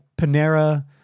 Panera